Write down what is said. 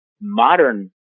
Modern